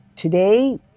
Today